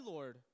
Lord